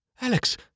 Alex